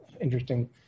interesting